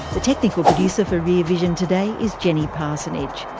the technical producer for rear vision today is jenny parsonage.